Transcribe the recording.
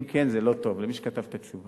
אם כן, זה לא טוב למי שכתב את התשובה.